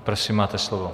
Prosím, máte slovo.